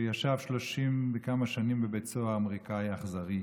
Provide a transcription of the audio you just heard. שישב 30 וכמה שנים בבית סוהר אמריקאי אכזרי,